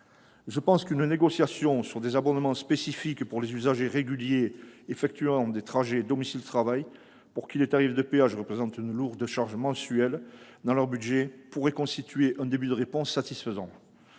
Je pense qu'une négociation sur des abonnements spécifiques en faveur des usagers réguliers effectuant des trajets domicile-travail, pour lesquels les tarifs de péage représentent une lourde charge mensuelle, pourrait constituer un début de réponse satisfaisant.